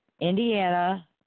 Indiana